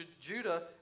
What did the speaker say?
Judah